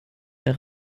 der